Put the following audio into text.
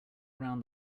around